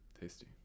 Tasty